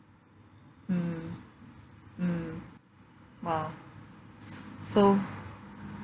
mm mm !wow! s~ so